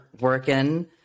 working